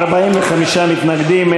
45 מתנגדים,